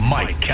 Mike